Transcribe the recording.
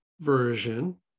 version